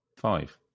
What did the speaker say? Five